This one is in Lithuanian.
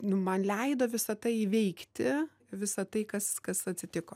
man leido visa tai įveikti visą tai kas kas atsitiko